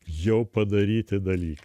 jau padaryti dalykai